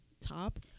top